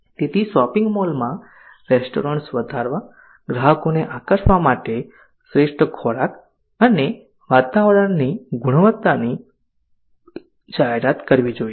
તેથી શોપિંગ મોલમાં રેસ્ટોરન્ટ્સ વધારવા ગ્રાહકોને આકર્ષવા માટે શ્રેષ્ઠ ખોરાક અને વાતાવરણની ગુણવત્તાની જાહેરાત કરવી જોઈએ